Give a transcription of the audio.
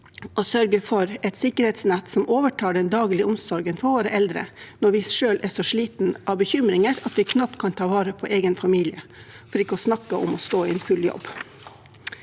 å sørge for et sikkerhetsnett som overtar den daglige omsorgen for våre eldre når vi selv er så slitne av bekymringer at vi knapt kan ta vare på egen familie, for ikke å snakke om å stå i full jobb.